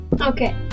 Okay